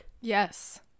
Yes